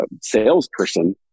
salesperson